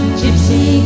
gypsy